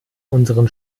unseren